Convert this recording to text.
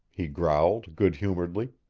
he growled good-humoredly.